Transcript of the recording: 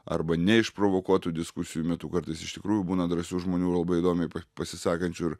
arba neišprovokuotų diskusijų metu kartais iš tikrųjų būna drąsių žmonių labai įdomiai pasisakančių ir